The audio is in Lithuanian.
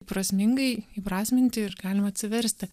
prasmingai įprasminti ir galim atsiversti